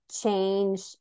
change